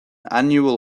annual